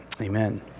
Amen